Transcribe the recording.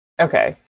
Okay